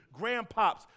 grandpops